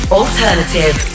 alternative